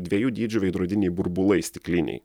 dviejų dydžių veidrodiniai burbulai stikliniai